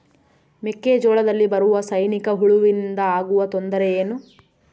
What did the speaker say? ಮೆಕ್ಕೆಜೋಳದಲ್ಲಿ ಬರುವ ಸೈನಿಕಹುಳುವಿನಿಂದ ಆಗುವ ತೊಂದರೆ ಏನು?